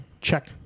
check